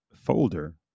folder